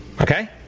Okay